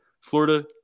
Florida